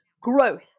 growth